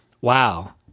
Wow